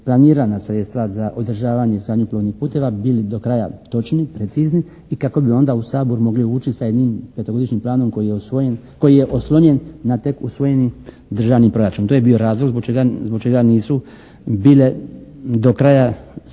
planirana sredstva za odražavanje samih plovnih puteva bili do kraja točni, precizni i kako bi onda u Sabor mogli ući sa jednim petogodišnjim planom koji je oslonjen na tek usvojeni državni proračun. To je bio razlog zbog čega nisu bile do kraja